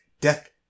death